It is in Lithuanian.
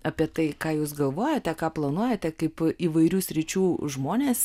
apie tai ką jūs galvojate ką planuojate kaip įvairių sričių žmonės